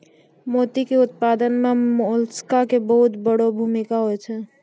मोती के उपत्पादन मॅ मोलस्क के बहुत वड़ो भूमिका छै